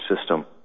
system